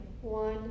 one